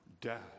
death